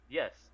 yes